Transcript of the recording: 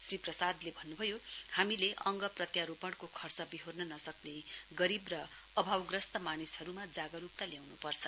श्री प्रसादले भन्नुभयो हामीले अङ्ग प्रत्यारोपणको खर्च बेहोर्न नसक्ने गरीब र अभावग्रस्त मानिसहरुमा जागरुकता ल्याउनुपर्छ